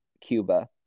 Cuba